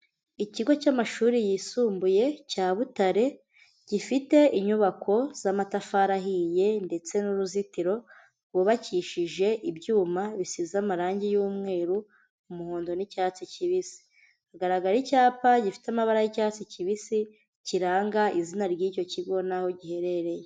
Ikigo cy'amashuri yisumbuye cya Butare, gifite inyubako z'amatafari ahiye ndetse n'uruzitiro rwubakishije ibyuma bisize amarangi y'umweru, umuhondo n'icyatsi kibisi, hagaragara icyapa gifite amabara y'icyatsi kibisi kiranga izina ry'icyo kigo naho giherereye.